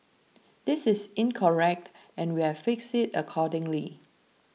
this is incorrect and we've fixed it accordingly